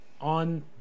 on